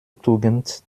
tugend